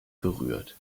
berührt